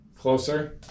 Closer